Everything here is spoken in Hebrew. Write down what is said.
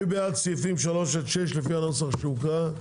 מי בעד סעיפים 3 עד 6 לפי הנוסח שהוקרא?